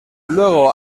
luego